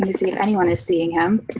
and see if anyone is seeing him.